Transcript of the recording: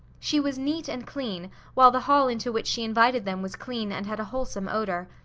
she was neat and clean while the hall into which she invited them was clean and had a wholesome odour.